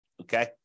okay